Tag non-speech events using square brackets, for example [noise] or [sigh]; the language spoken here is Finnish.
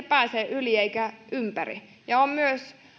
[unintelligible] pääse yli eikä ympäri on myös